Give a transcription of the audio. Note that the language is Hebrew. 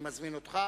אני מזמין אותך.